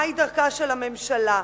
מהי דרכה של הממשלה,